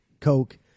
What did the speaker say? Coke